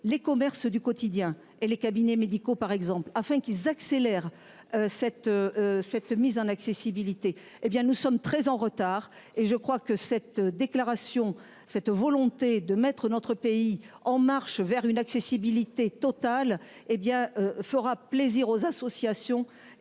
les commerces du quotidien et les cabinets médicaux par exemple afin qu'ils accélèrent cette. Cette mise en accessibilité. Eh bien nous sommes très en retard et je crois que cette déclaration, cette volonté de mettre notre pays en marche vers une accessibilité totale hé bien fera plaisir aux associations